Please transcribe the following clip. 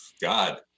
God